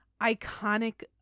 iconic